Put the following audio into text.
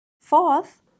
Fourth